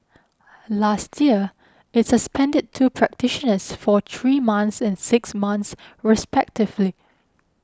last year it suspended two practitioners for three months and six months respectively